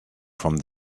from